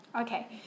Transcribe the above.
Okay